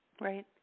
Right